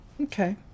Okay